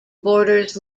borders